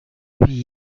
wie